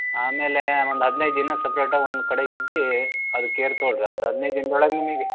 ಆಮೇಲೆ ಒಂದು ಹದಿನೈದು ದಿನ ಸಪ್ರೇಟಾಗಿ ಒಂದು ಕಡೆ ಇದ್ದು ಅದು ಕೇರ್ ತಗೊಳ್ಳಿರಿ ಅದು ಹದಿನೈದು ದಿನ್ದೊಳಗೆ ನಿಮಗೆ